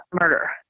murder